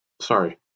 Sorry